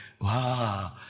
Wow